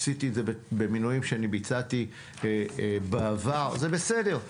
עשיתי אץ זה במינויים שאני ביצעתי בעבר זה בסדר,